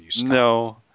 No